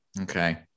okay